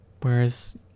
Whereas